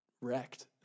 wrecked